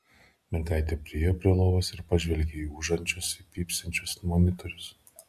mergaitė priėjo prie lovos ir pažvelgė į ūžiančius ir pypsinčius monitorius